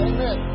Amen